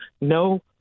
no